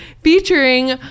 featuring